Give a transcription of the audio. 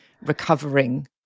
recovering